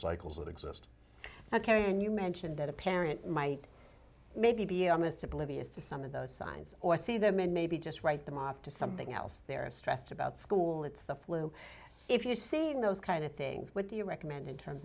cycles that exist ok and you mentioned that a parent might maybe be on this oblivious to some of those signs or see them and maybe just write them off to something else they're stressed about school it's the flu if you're seeing those kind of things what do you recommend in terms